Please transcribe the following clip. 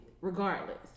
regardless